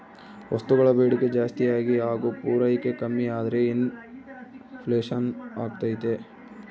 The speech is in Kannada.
ವಸ್ತುಗಳ ಬೇಡಿಕೆ ಜಾಸ್ತಿಯಾಗಿ ಹಾಗು ಪೂರೈಕೆ ಕಮ್ಮಿಯಾದ್ರೆ ಇನ್ ಫ್ಲೇಷನ್ ಅಗ್ತೈತೆ